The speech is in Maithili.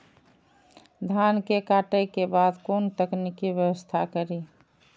धान के काटे के बाद कोन तकनीकी व्यवस्था करी?